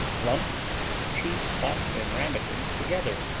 lumps cheese puffs and ramekins together,